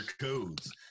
codes